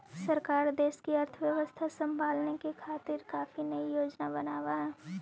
सरकार देश की अर्थव्यवस्था संभालने के खातिर काफी नयी योजनाएं बनाव हई